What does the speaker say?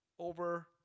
Over